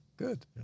Good